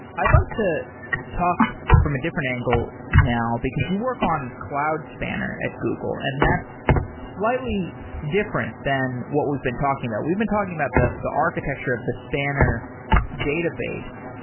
i'd like to talk from a different angle now, because you work on cloud spanner at google, and that's slightly different than what we've been talking about. we've been talking about the the architecture of the spanner database,